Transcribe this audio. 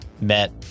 met